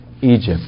Egypt